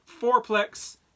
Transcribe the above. fourplex